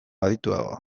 adituago